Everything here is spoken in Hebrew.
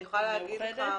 במאוחדת?